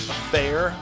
Affair